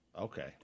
Okay